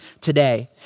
today